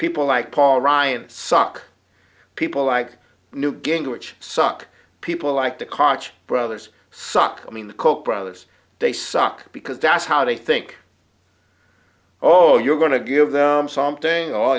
people like paul ryan suck people like newt gingrich suck people like the koch brothers suck i mean the koch brothers they suck because that's how they think oh you're going to give them something